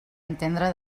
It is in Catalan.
entendre